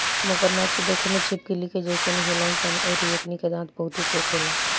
मगरमच्छ देखे में छिपकली के जइसन होलन सन अउरी एकनी के दांत बहुते चोख होला